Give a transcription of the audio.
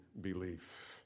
belief